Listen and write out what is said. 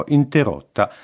interrotta